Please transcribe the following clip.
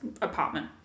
apartment